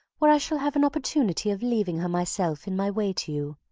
where i shall have an opportunity of leaving her myself in my way to you.